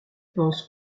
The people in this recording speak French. pense